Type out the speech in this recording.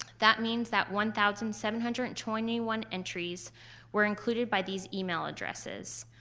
that means that one thousand seven hundred and twenty one entries were included by these email addresses.